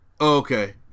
Okay